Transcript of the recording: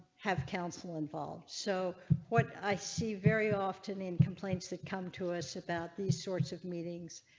have counsel involved. so when i see very often in complaints that come to us about these sorts of meetings